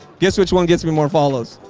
guess which one gets me more followers.